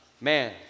Man